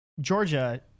Georgia